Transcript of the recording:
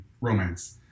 romance